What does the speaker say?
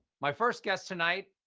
my first guest tonight,